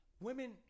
Women